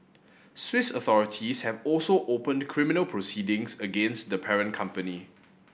Swiss authorities have also opened criminal proceedings against the parent company